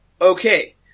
okay